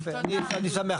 יפה, אני שמח.